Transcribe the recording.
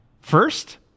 first